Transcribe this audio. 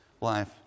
life